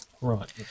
Right